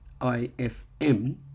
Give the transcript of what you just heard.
IFM